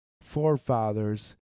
forefathers